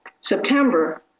September